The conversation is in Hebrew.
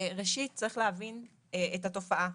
ראשית, צריך להבין את התופעה.